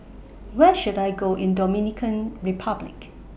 Where should I Go in Dominican Republic